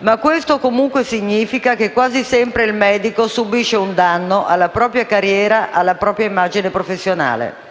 Ma questo significa che, quasi sempre, il medico subisce un danno alla propria carriera e alla propria immagine professionale.